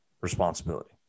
responsibility